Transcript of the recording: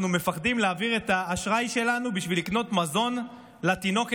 מפחדים להעביר את האשראי שלנו בשביל לקנות מזון לתינוקת,